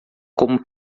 como